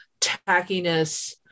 tackiness